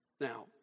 now